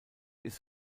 ist